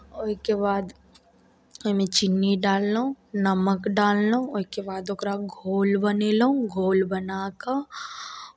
ओहिके बाद ओहिमे चीनी डाललहुँ नमक डाललहुँ ओहिके बाद ओकरा घोल बनेलहुँ घोल बना कऽ